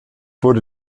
wurde